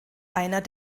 einer